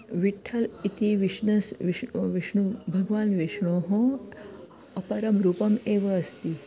विठ्ठलः इति विष्णस् विष् विष्णु भगवान् विष्णोः अपरं रूपम् एव अस्ति